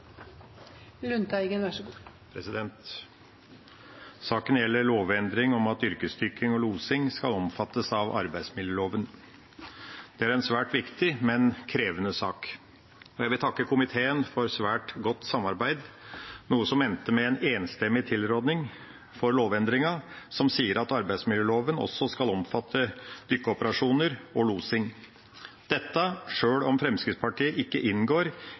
en svært viktig, men krevende sak. Jeg vil takke komiteen for svært godt samarbeid, som endte med en enstemmig tilråding for lovendringen, som sier at arbeidsmiljøloven også skal omfatte dykkeoperasjoner og losing – dette sjøl om Fremskrittspartiet ikke inngår